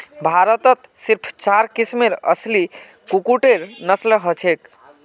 भारतत सिर्फ चार किस्मेर असली कुक्कटेर नस्ल हछेक